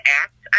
act